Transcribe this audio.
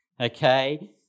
Okay